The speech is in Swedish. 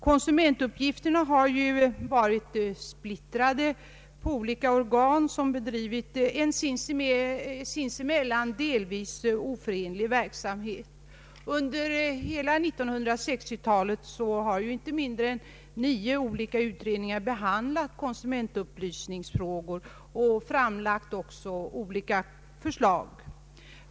Konsumentfrågorna har ju varit splittrade på olika organ, som har bedrivit en sinsemellan delvis oförenlig verksamhet. Under hela 1960-talet har inte mindre än nio olika utredningar behandlat konsumentfrågor och även framlagt olika förslag.